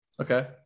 Okay